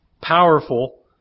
powerful